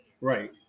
Right